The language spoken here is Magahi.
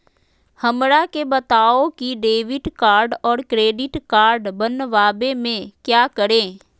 हमरा के बताओ की डेबिट कार्ड और क्रेडिट कार्ड बनवाने में क्या करें?